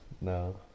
no